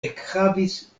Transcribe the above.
ekhavis